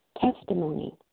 testimony